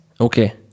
Okay